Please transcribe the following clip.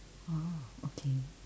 oh okay